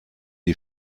die